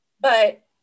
But-